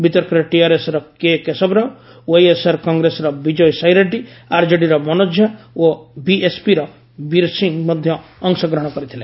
ବିତର୍କରେ ଟିଆର୍ଏସ୍ର K Keshava Rao YSR କଂଗ୍ରେସର ବିକୟ ସାଇ ରେଡ୍ଡି ଆର୍ଜେଡିର ମନୋକ ଝା ଓ ବିଏସ୍ପିର ବୀର୍ ସିଂ ମଧ୍ୟ ଅଂଶଗ୍ରହଣ କରିଥିଲେ